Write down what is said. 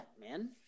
man